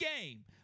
game